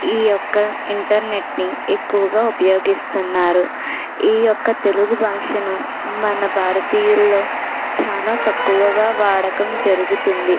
ఈ యొక్క ఇంటర్నెట్ని ఎక్కువగా ఉపయోగిస్తున్నారు ఈ యొక్క తెలుగు భాషను మన భారతీయులలో చాలా తక్కువగా వాడకం జరుగుతుంది